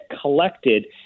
collected